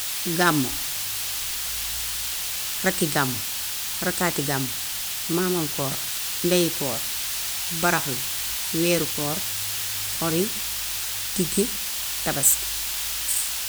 Gàmmu, rakki gàmmu, rakkaati gàmmu, maamam koor. ndeyi koor, baraxlu, weeru koor, ori, diggi, tabaski.